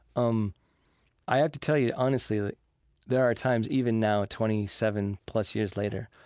um i have to tell you honestly that there are times, even now, twenty seven plus years later,